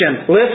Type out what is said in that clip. Listen